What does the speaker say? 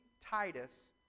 Titus